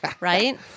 Right